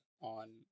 on